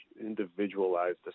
individualized